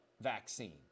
vaccine